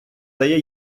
дає